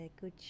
good